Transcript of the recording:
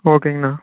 ஓகேங்கண்ணா